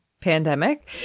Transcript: pandemic